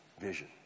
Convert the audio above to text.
vision